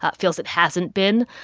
ah feels it hasn't been.